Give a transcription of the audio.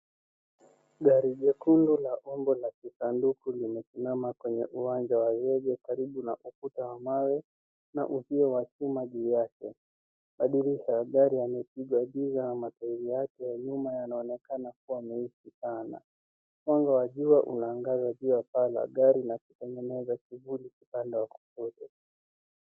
Gari jekundu la umbo la kisanduku limesimama kwenye uwanja wa zege karibu na ukuta wa mawe na uzio wa chuma juu yake. Madirisha ya gari yamepigwa giza, matairi yake ya nyuma yanaonekana kuwa meusi sana. Mwanga wa jua unaangaza juu ya paa la gari na kutengeneza kivuli upande wa kushoto.